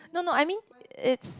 no no I mean it's